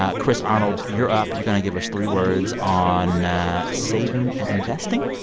ah chris arnold, you're up. you're going to give us three words on saving and investing?